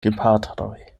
gepatroj